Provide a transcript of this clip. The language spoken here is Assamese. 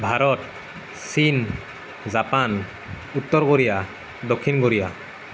ভাৰত চীন জাপান উত্তৰ কোৰিয়া দক্ষিণ কোৰিয়া